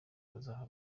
bazava